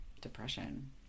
depression